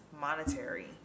monetary